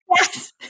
Yes